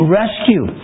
rescue